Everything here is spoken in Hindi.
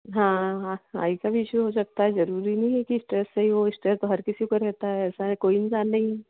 हाँ हाँ आई का भी इश्यू हो सकता है ज़रूरी नहीं है कि स्ट्रेस से ही हो स्ट्रेस तो हर किसी को रहता है ऐसा है कोई इंसान नहीं है